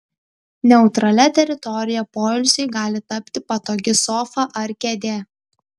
neutralia teritorija poilsiui gali tapti patogi sofa ar kėdė